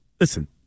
listen